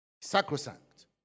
sacrosanct